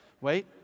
Wait